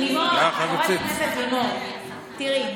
חברת הכנסת לימור, תראי,